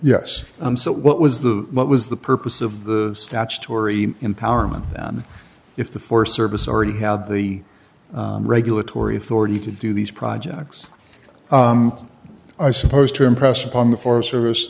yes so what was the what was the purpose of the statutory empowerment than if the forest service already had the regulatory authority to do these projects i suppose to impress upon the foreign service